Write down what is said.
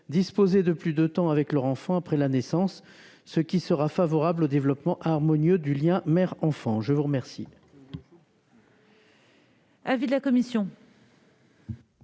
disposer de plus de temps avec leur enfant après la naissance, ce qui sera favorable au développement harmonieux du lien mère-enfant. Quel